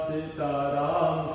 Sitaram